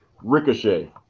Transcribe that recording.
ricochet